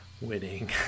winning